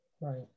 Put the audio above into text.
Right